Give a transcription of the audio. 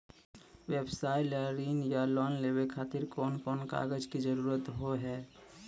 व्यवसाय ला ऋण या लोन लेवे खातिर कौन कौन कागज के जरूरत हाव हाय?